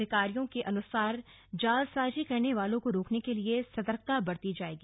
अधिकारियों के अनुसार जालसाजी करने वालों को रोकने के लिए सतर्कता बरती जाएगी